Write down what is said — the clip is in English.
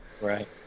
Right